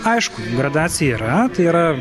aišku gradacija yra tai yra